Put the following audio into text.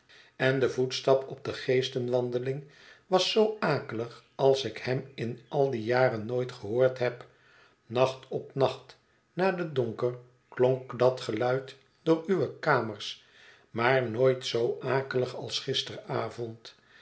en de voetstap op de geestenwandeling was zoo akelig als ik hem in al die jaren nooit gehoord heb nacht op nacht na den donker klonk dat geluid door uwe kamers maar nooit zoo akelig als gisteravond